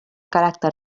caràcter